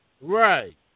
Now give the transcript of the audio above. Right